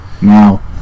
Now